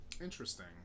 Interesting